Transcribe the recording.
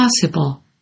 possible